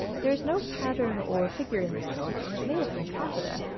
there is no pattern or figure in the silk, and it may have been taffeta,